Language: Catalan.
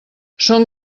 són